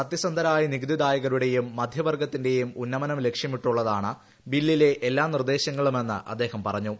സത്യ്സന്ധരായ നികുതിദായകരുടെയും മധ്യവർഗത്തിന്റെയും ഉന്നമനം ലക്ഷ്യമിട്ടുള്ളതാണ് ബില്ലിലെ എല്ലാ നിർദ്ദേശങ്ങളുമെന്ന് അദ്ദേഹം പറഞ്ഞു